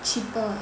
cheaper